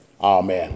Amen